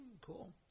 cool